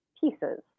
pieces